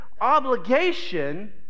obligation